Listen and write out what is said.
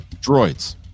Droids